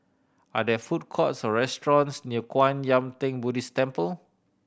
are there food courts or restaurants near Kwan Yam Theng Buddhist Temple